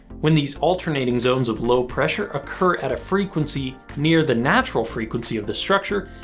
when these alternating zones of low pressure occur at a frequency near the natural frequency of the structure,